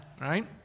right